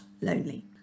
lonely